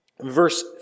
Verse